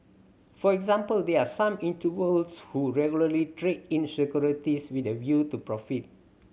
for example there are some individuals who regularly trade in securities with a view to profit